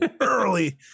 early